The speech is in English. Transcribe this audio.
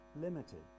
limited